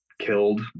killed